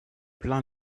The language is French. plein